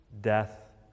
Death